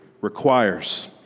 requires